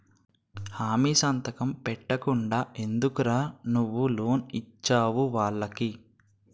హామీ సంతకం పెట్టకుండా ఎందుకురా నువ్వు లోన్ ఇచ్చేవు వాళ్ళకి